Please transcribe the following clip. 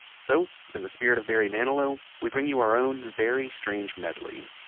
so in the spirit of barry manilow, we bring you our own very strange medley